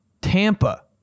Tampa